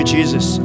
Jesus